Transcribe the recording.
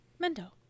Mendo